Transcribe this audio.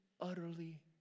utterly